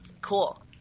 cool